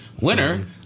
winner